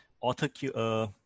author